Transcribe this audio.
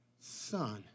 son